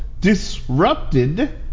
disrupted